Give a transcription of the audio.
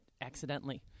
accidentally